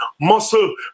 Muscle